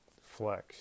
flex